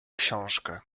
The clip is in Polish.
książkę